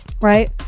Right